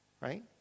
Right